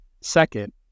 Second